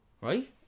Right